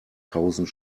tausend